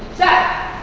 that.